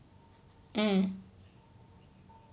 mm